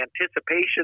anticipation